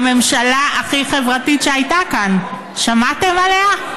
הממשלה הכי חברתית שהייתה כאן, שמעתם עליה?